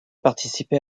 participé